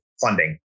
funding